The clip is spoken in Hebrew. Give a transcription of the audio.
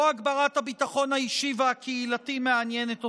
לא הגברת הביטחון האישי והקהילתי מעניינת אותו,